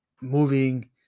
moving